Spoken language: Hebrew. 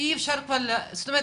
אי אפשר כבר, זאת אומרת,